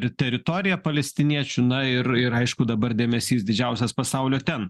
ir teritorija palestiniečių na ir ir aišku dabar dėmesys didžiausias pasaulio ten